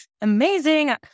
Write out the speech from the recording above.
amazing